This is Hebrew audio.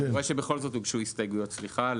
אני רואה שבכל זאת הוגשו הסתייגויות סליחה,